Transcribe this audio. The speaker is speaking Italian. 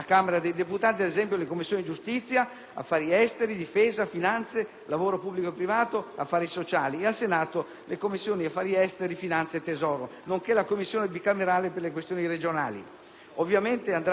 lavoro pubblico e privato, affari sociali e al Senato le Commissioni affari esteri, finanze e tesoro, nonché la Commissione bicamerale per le questioni regionali. Ovviamente, signor Ministro, andrà prevista a tempo debito una nuova disposizione legislativa